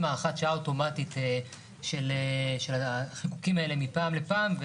הארכת אוטומטית של החוקים האלה מפעם לפעם.